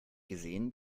gesehen